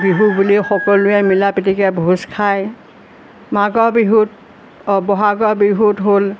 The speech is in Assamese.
বিহু বুলি সকলোৱে মিলাপ্ৰীতিকৈ ভোজ খায় মাঘৰ বিহুত অ' বহাগৰ বিহুত হ'ল